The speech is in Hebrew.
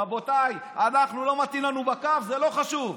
רבותיי, אנחנו, לא מתאים לנו בקו, זה לא חשוב.